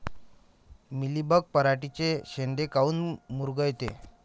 Mealybug पराटीचे चे शेंडे काऊन मुरगळते?